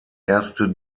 erste